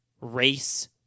race